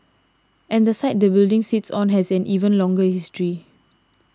and the site the building sits on has an even longer history